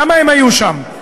למה הם היו שם?